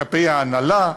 כלפי ההנהלה,